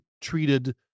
treated